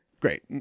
great